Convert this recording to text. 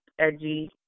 edgy